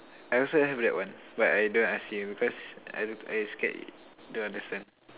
I also have that one but I don't ask you because I I scared you don't understand